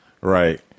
Right